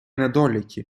недоліки